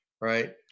right